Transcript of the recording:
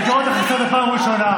אני קורא אותך לסדר פעם ראשונה.